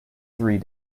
three